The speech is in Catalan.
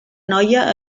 noia